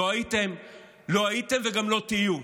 לא הייתם וגם לא תהיו.